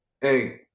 Hey